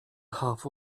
half